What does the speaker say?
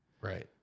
Right